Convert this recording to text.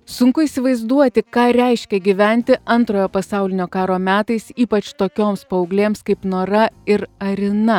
sunku įsivaizduoti ką reiškia gyventi antrojo pasaulinio karo metais ypač tokioms paauglėms kaip nora ir arina